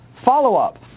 follow-up